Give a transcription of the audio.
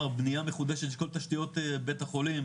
- בנייה מחודשת של כל תשתיות בית החולים,